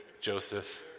Joseph